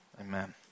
Amen